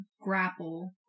grapple